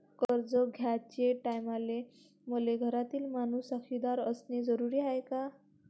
कर्ज घ्याचे टायमाले मले घरातील माणूस साक्षीदार असणे जरुरी हाय का?